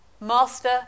Master